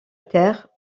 terre